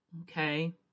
Okay